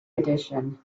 edition